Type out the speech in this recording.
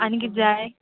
आनी कितें जाय